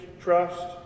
trust